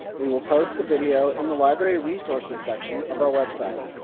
we will post the video in the library resources section of our web site.